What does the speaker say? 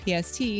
pst